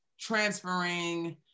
transferring